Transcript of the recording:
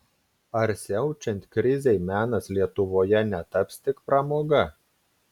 ar siaučiant krizei menas lietuvoje netaps tik pramoga